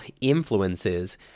influences